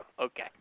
okay